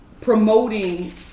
promoting